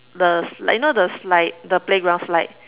the slide like you know the slide the playground slide